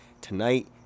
Tonight